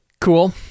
Cool